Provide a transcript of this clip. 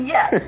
Yes